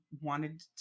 wanted